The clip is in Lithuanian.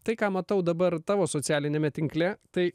tai ką matau dabar tavo socialiniame tinkle tai